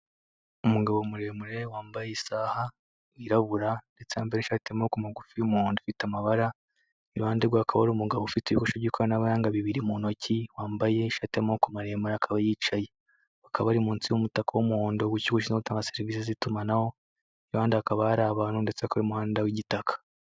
Umugabo muremure wambaye isaha, wirabura, ndetse yambaye ishati y'amaboko magufi y'umuhondo ifite amabara, iruhande rwe hakaba hari umugabo ufite ibikoresho by'ikoranabuhanga bibiri mu ntoki, wambaye ishati y'amaboko maremare, kaba yicaye. Bakaba bari munsi y'umutaka w'umuhondo, w'ikigo gishinzwe gutanga serivisi z'itumanaho. Ku ruhande hakaba hari abantu ndetse hakaba hari n'umuhanda w'igitaka.